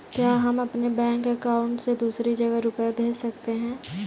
क्या हम अपने बैंक अकाउंट से दूसरी जगह रुपये भेज सकते हैं?